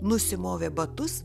nusimovė batus